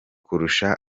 kurusha